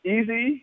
Easy